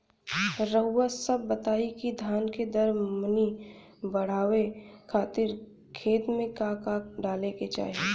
रउआ सभ बताई कि धान के दर मनी बड़ावे खातिर खेत में का का डाले के चाही?